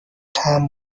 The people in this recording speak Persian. طعم